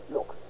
Look